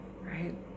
Right